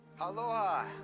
aloha